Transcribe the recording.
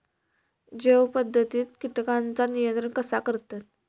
जैव पध्दतीत किटकांचा नियंत्रण कसा करतत?